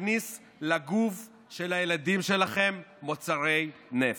להכניס לגוף של הילדים שלכם מוצרי נפט.